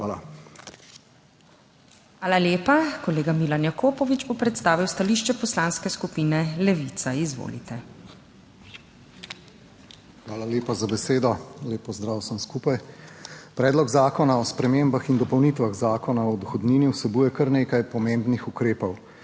Hvala lepa. Kolega Milan Jakopovič bo predstavil stališče Poslanske skupine Levica. Izvolite. **MILAN JAKOPOVIČ (PS Levica):** Hvala lepa za besedo. Lep pozdrav vsem skupaj! Predlog zakona o spremembah in dopolnitvah zakona o dohodnini vsebuje kar nekaj pomembnih ukrepov.